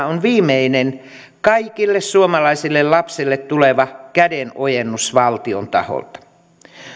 on viimeinen kaikille suomalaisille lapsille tuleva kädenojennus valtion taholta